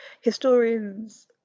Historians